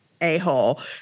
a-hole